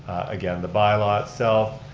again, the bylaw itself,